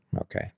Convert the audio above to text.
Okay